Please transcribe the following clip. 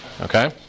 Okay